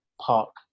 Park